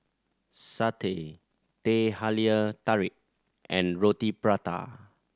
satay Teh Halia Tarik and Roti Prata